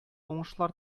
уңышлар